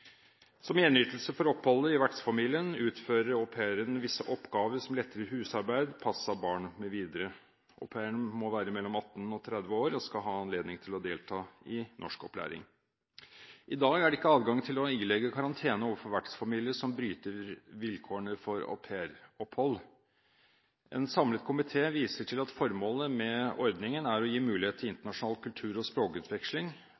Som gjenytelse for oppholdet i vertsfamilien utfører au pairen visse oppgaver som lettere husarbeid, pass av barn mv. Au pairen må være mellom 18 og 30 år og skal ha anledning til å delta i norskopplæring. I dag er det ikke adgang til å ilegge karantene overfor vertsfamilie som bryter vilkårene for aupairopphold. En samlet komité viser til at formålet med ordningen er å gi mulighet